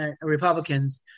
Republicans